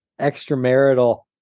extramarital